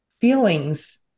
feelings